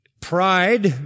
Pride